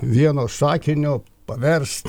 vieno sakinio paverst